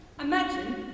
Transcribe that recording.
Imagine